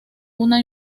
una